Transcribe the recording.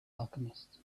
alchemist